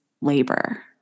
labor